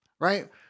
right